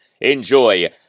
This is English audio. enjoy